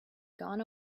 gone